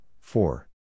four